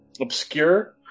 obscure